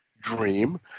dream